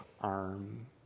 arm